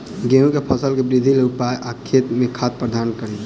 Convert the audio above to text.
गेंहूँ केँ फसल वृद्धि केँ लेल केँ उपाय आ खेत मे खाद प्रदान कड़ी?